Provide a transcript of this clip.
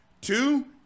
Two